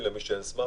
למי שאין סמרטפון,